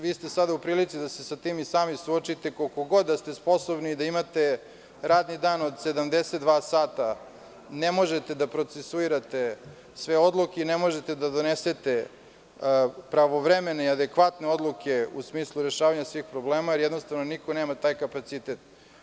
Vi ste sada u prilici da se sa tim sami suočite, koliko god da ste sposobni i da imate radni dan od 72 sata, ne možete da procesuirate sve odluke, i ne možete da donesete pravovremene i adekvatne odluke u smislu rešavanja svih problema, jednostavno niko nema taj kapacitet.